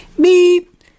beep